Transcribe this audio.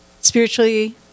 spiritually